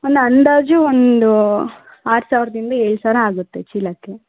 ಒಂದು ಅಂದಾಜು ಒಂದು ಆರು ಸಾವಿರ್ದಿಂದ ಏಳು ಸಾವಿರ ಆಗುತ್ತೆ ಚೀಲಕ್ಕೆ